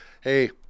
hey